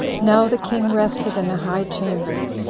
now the king rested in a high chamber,